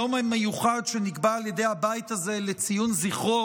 היום המיוחד שנקבע על ידי הבית הזה לציון זכרו